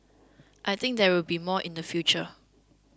I think there will be more in the future